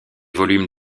volumes